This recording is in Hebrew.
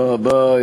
תודה רבה,